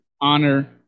honor